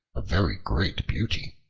a very great beauty.